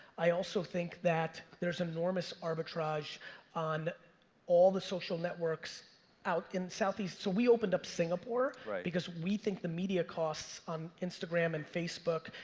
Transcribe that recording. i also think that there's enormous arbitrage on all the social networks out in south-east. so we opened up singapore because we think the media costs on instagram, and facebook,